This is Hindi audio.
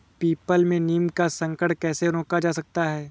पीपल में नीम का संकरण कैसे रोका जा सकता है?